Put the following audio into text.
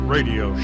Radio